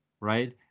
right